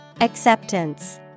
Acceptance